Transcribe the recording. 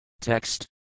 Text